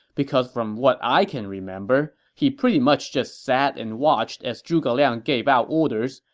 because from what i can remember, he pretty much just sat and watched as zhuge liang gave out orders,